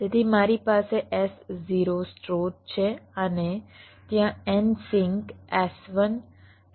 તેથી મારી પાસે S0 સ્ત્રોત છે અને ત્યાં n સિંક S1 S2 થી Sn છે